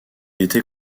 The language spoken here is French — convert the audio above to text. était